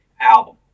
album